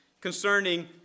concerning